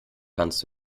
kannst